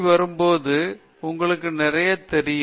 வரும்போது உங்களுக்கு நிறைய தெரியும்